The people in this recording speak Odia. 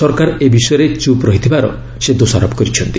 ସରକାର ଏ ବିଷୟରେ ଚୁପ୍ ରହିଥିବାର ସେ ଦୋଷାରୋପ କରିଛନ୍ତି